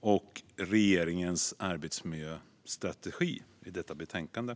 och regeringens arbetsmiljöstrategi i detta betänkande.